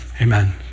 Amen